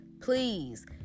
Please